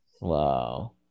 Wow